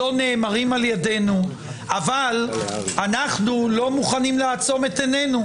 אנחנו לא מוכנים לעצום את עיננו.